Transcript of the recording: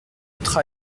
autre